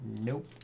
Nope